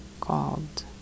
called